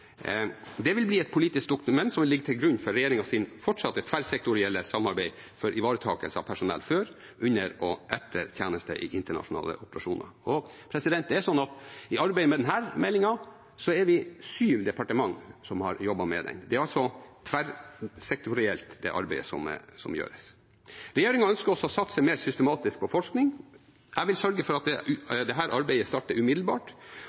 vil bli et politisk dokument som vil ligge til grunn for regjeringens fortsatte tverrsektorielle samarbeid for ivaretakelse av personell før, under og etter tjeneste i internasjonale operasjoner. I arbeidet med denne meldingen er det sju departementer som har jobbet med den. Det arbeidet som gjøres, er altså tverrsektorielt. Regjeringen ønsker også å satse mer systematisk på forskning. Jeg vil sørge for at dette arbeidet starter umiddelbart